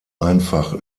einfach